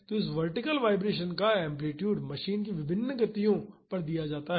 तो इस vertical vibration का एम्पलीटूड मशीन की विभिन्न गतियों पर दिया जाता है